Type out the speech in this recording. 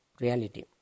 reality